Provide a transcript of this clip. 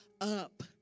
up